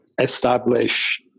establish